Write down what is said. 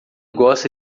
gosta